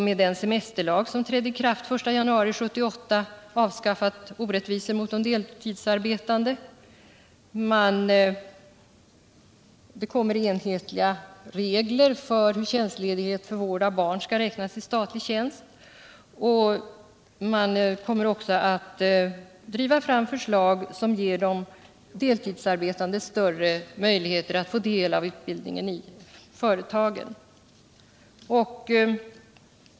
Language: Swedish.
Med den semesterlag som trädde i kraft I januari 1978 har man avskaffat orättvisor mot de deltidsarbetande. Det blir enhetliga regler för hur tjänstledighet för våra barn skall räknas i statlig tjänst. Man kommer också att driva fram förslag som ger de deltidsarbetande större möjligheter att få del av utbildningen i företagen.